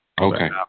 Okay